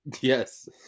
Yes